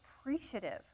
appreciative